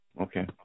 okay